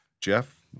Jeff